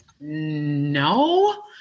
no